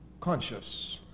conscious